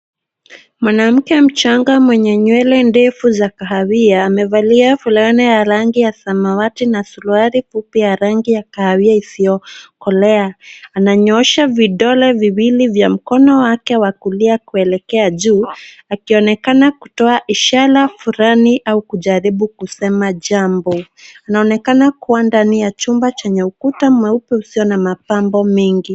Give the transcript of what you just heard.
Mwanamke mchaga mwenye nywele ndefu za kahawia, amevalia fulani ya rangi ya samawati na suruali fupi ya rangi ya kahawia isiyo kolea. Ananyoosha vidole viwili vya mkono wake wa kulia kuelekea juu, akionekana kutoa ishara fulani au kujaribu kusema jambo. Anaonekana kuwa ndani ya chumba chenye ukuta mweupe usio na mapambo mengi.